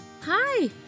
Hi